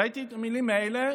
ראיתי את המילים האלה